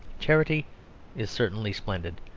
charity is certainly splendid,